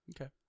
Okay